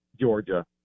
Georgia